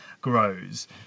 grows